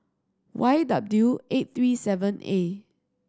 Y W eight three seven A